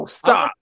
stop